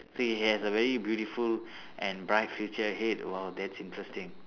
so he has a very beautiful and bright future ahead !wow! that's interesting